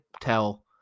tell